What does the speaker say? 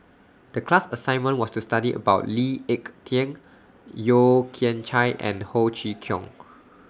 The class assignment was to study about Lee Ek Tieng Yeo Kian Chye and Ho Chee Kong